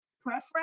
preference